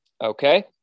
Okay